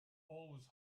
always